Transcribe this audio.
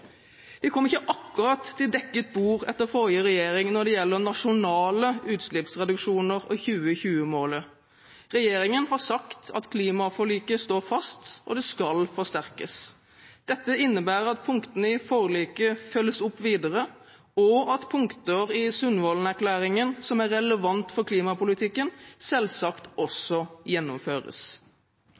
Vi kom ikke akkurat til dekket bord etter forrige regjering når det gjelder nasjonale utslippsreduksjoner og 2020-målet. Regjeringen har sagt at klimaforliket står fast, og det skal forsterkes. Dette innebærer at punktene i forliket følges opp videre, og at punkter i Sundvolden-erklæringen som er relevante for klimapolitikken, selvsagt også gjennomføres.